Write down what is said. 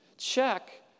Check